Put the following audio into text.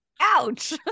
ouch